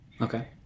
okay